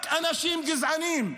רק אנשים גזעניים,